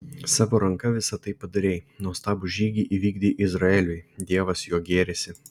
savo ranka visa tai padarei nuostabų žygį įvykdei izraeliui dievas juo gėrisi